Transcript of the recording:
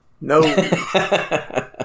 no